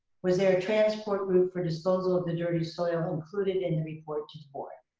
was there a transport route for disposal of the dirty soil included in the report to the board?